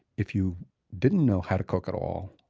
if you didn't know how to cook at all,